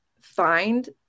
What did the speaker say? find